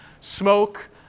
smoke